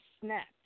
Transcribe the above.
snapped